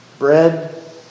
Bread